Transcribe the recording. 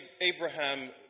Abraham